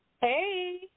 Hey